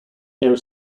air